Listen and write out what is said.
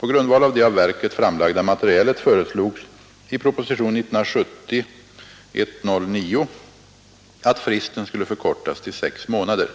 På grundval av det av verket framlagda materialet föreslogs i propositionen 109 år 1970 att fristen skulle förkortas till sex månader.